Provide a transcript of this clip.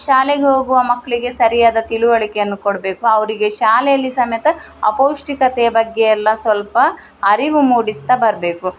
ಶಾಲೆಗೆ ಹೋಗುವ ಮಕ್ಕಳಿಗೆ ಸರಿಯಾದ ತಿಳಿವಳಿಕೆಯನ್ನು ಕೊಡಬೇಕು ಅವರಿಗೆ ಶಾಲೆಯಲ್ಲಿ ಸಮೇತ ಅಪೌಷ್ಟಿಕತೆಯ ಬಗ್ಗೆಯೆಲ್ಲ ಸ್ವಲ್ಪ ಅರಿವು ಮೂಡಿಸ್ತಾ ಬರಬೇಕು